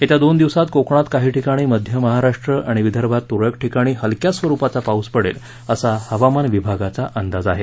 येत्या दोन दिवसात कोकणात काही ठिकाणी मध्य महाराष्ट्र आणि विदर्भात तुरळक ठिकाणी हलक्या स्वरुपाचा पाऊस पडेल असा हवामान विभागाचा अंदाज आहे